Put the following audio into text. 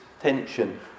tension